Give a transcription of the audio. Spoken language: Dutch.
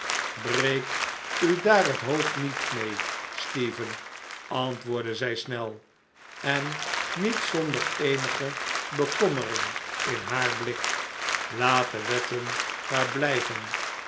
breek u daar het hoofd nietmee stephen antwoordde zij snel en niet zonder eenige bekommering in haar blik laat de wetten maar blijven